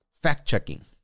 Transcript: fact-checking